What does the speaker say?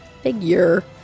figure